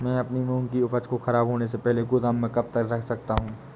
मैं अपनी मूंग की उपज को ख़राब होने से पहले गोदाम में कब तक रख सकता हूँ?